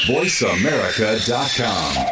VoiceAmerica.com